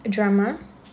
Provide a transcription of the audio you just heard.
drama